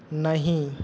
नहीं